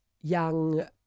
young